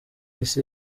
isi